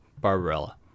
Barbarella